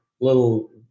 little